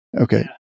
Okay